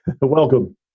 welcome